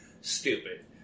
stupid